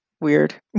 weird